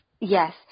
Yes